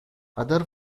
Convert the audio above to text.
other